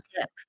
tip